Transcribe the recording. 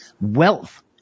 Wealth